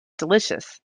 delicious